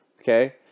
okay